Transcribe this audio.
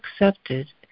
accepted